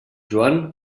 joan